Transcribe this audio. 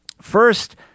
first